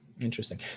Interesting